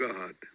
God